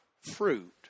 fruit